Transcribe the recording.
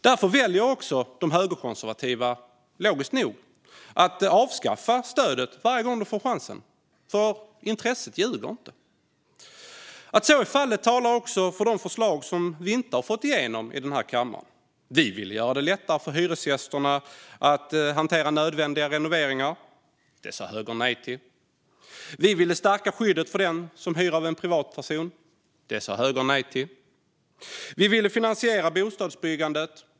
Därför väljer också de högerkonservativa, logiskt nog, att avskaffa stödet varje gång de får chansen. Intresset ljuger inte. Att så är fallet gäller också i fråga om de förslag som vi inte har fått igenom i den här kammaren. Vi ville göra det lättare för hyresgästerna att hantera nödvändiga renoveringar. Det sa högern nej till. Vi ville stärka skyddet för den som hyr av en privatperson. Det sa högern nej till. Vi ville finansiera bostadsbyggandet.